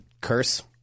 curse